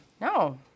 No